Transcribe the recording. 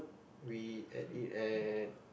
we ate it at